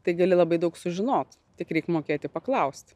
tai gali labai daug sužinot tik reik mokėti paklausti